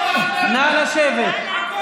לשבת.